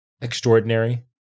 Extraordinary